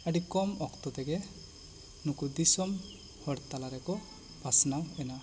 ᱟᱹᱰᱤ ᱠᱚᱢ ᱚᱠᱛᱚ ᱛᱮᱜᱮ ᱱᱩᱠᱩ ᱫᱤᱥᱚᱢ ᱦᱚᱲ ᱛᱟᱞᱟ ᱨᱮᱠᱚ ᱯᱟᱥᱱᱟᱣ ᱮᱱᱟ